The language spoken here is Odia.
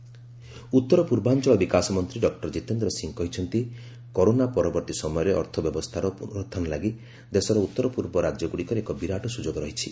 ଜିତେନ୍ଦ୍ର ସିଂହ ଉତ୍ତର ପୂର୍ବାଞ୍ଚଳ ବିକାଶ ମନ୍ତ୍ରୀ ଡକ୍ଟର ଜିତେନ୍ଦ୍ର ସିଂହ କହିଛନ୍ତି କରୋନା ପରବର୍ତ୍ତୀ ସମୟରେ ଅର୍ଥ ବ୍ୟବସ୍ଥାର ପୁନରୁହ୍ରାନ ଲାଗି ଦେଶର ଉତ୍ତର ପୂର୍ବ ରାଜ୍ୟଗୁଡ଼ିକରେ ଏକ ବିରାଟ ସୁଯୋଗ ରହିଛି